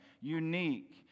unique